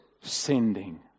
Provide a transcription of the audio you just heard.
sending